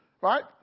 Right